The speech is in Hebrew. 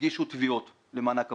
הגישו תביעות למענק עבודה.